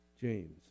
James